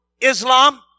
Islam